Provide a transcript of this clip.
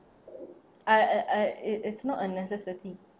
I uh I it's it's not a necessity